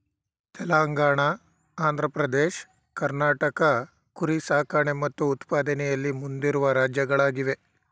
ತೆಲಂಗಾಣ ಆಂಧ್ರ ಪ್ರದೇಶ್ ಕರ್ನಾಟಕ ಕುರಿ ಸಾಕಣೆ ಮತ್ತು ಉತ್ಪಾದನೆಯಲ್ಲಿ ಮುಂದಿರುವ ರಾಜ್ಯಗಳಾಗಿವೆ